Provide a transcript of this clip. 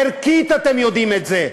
ערכית אתם יודעים את זה.